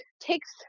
takes